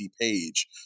page